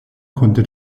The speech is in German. konnte